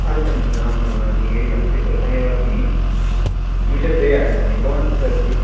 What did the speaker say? आगच्छामि अहं शृङ्गेरि मठस्य पुरतः एव अस्मि निमिषद्वये आगच्छामि भवान् कुत्र अस्ति